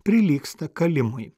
prilygsta kalimui